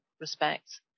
respects